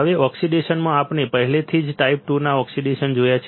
હવે ઓક્સિડેશનમાં આપણે પહેલાથી જ 2 ટાઈપના ઓક્સિડેશન જોયા છે